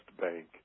Bank